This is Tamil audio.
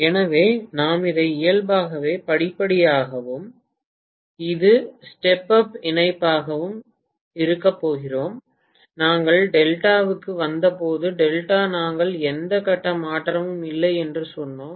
எனவே நாம் இதை இயல்பாகவே படிப்படியாகவும் இது ஸ்டெப் அப் இணைப்பாகவும் இருக்கப் போகிறோம் நாங்கள் டெல்டாவுக்கு வந்தபோது டெல்டா நாங்கள் எந்த கட்ட மாற்றமும் இல்லை என்று சொன்னோம்